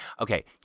Okay